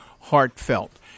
heartfelt